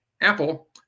Apple